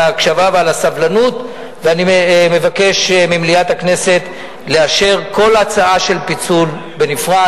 אני מגיש את הצעת החוק הזאת פעם נוספת.